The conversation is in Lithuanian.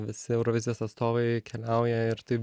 visi eurovizijos atstovai keliauja ir taip